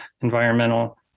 environmental